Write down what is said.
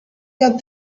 got